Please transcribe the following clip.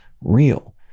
real